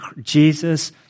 Jesus